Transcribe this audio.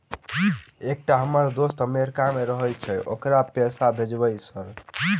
एकटा हम्मर दोस्त अमेरिका मे रहैय छै ओकरा पैसा भेजब सर?